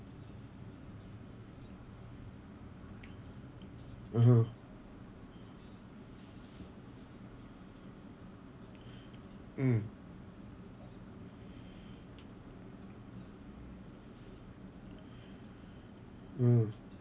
(uh huh) mm mm